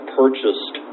purchased